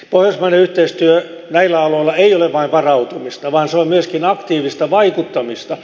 pohjoismainen yhteistyö näillä aloilla ei ole vain varautumista vaan se on myöskin aktiivista vaikuttamista